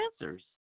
answers